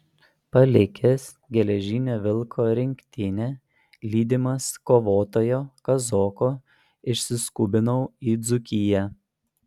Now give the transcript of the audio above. palikęs geležinio vilko rinktinę lydimas kovotojo kazoko išsiskubinau į dzūkiją